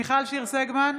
מיכל שיר סגמן,